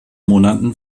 monaten